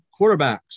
quarterbacks